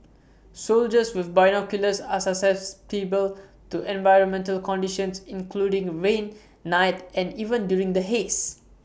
soldiers with binoculars are to environmental conditions including rain night and even during the haze